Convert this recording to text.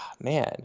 Man